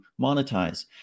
monetize